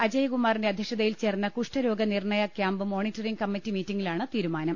അജയകുമാറിന്റെ അധ്യക്ഷതയിൽ ചേർന്ന കുഷ്ഠരോഗ നിർണയ ക്യാമ്പ് മോണിറ്റ റിങ് കമ്മിറ്റി മീറ്റിങിലാണ് തീരുമാനം